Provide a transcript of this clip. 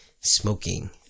smoking